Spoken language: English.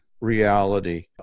reality